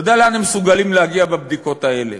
אתה יודע לאן מסוגלים להגיע בבדיקות האלה